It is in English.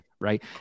right